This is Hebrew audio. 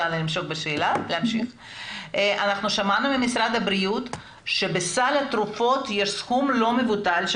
אנחנו שמענו ממשרד הבריאות שבסל הבריאות יש סכום לא מבוטל,